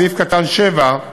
בסעיף קטן (7),